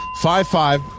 Five-five